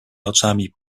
oczami